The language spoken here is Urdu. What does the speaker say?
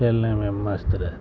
کھیلنے میں مست رہتے ہیں